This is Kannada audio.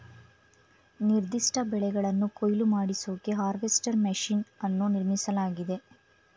ನಿರ್ದಿಷ್ಟ ಬೆಳೆಗಳನ್ನು ಕೊಯ್ಲು ಮಾಡಿಸೋಕೆ ಹಾರ್ವೆಸ್ಟರ್ ಮೆಷಿನ್ ಅನ್ನು ನಿರ್ಮಿಸಲಾಗಿದೆ